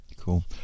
Cool